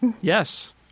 Yes